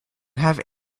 have